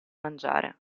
mangiare